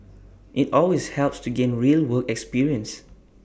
IT always helps to gain real work experience